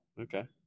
Okay